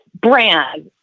brands